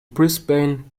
brisbane